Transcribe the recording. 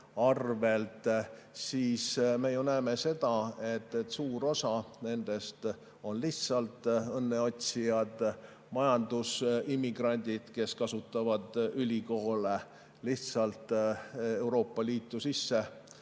arvel. Me ju näeme seda, et suur osa nendest on lihtsalt õnneotsijad, majandusimmigrandid, kes kasutavad ülikoole Euroopa Liitu